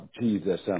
Jesus